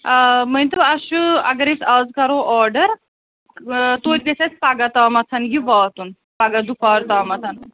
آ مٲنۍتو اَسہِ چھُ اگر أسۍ اَز کَرو آرڈَر توتہِ گژھِ اَسہِ پگاہ تامَتھ یہِ واتُن پَگاہ دُپہر تامَتھ